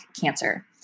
Cancer